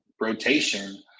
rotation